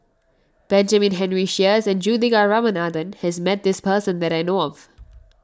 Benjamin Henry Sheares and Juthika Ramanathan has met this person that I know of